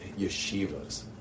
yeshivas